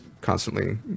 Constantly